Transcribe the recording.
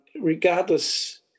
regardless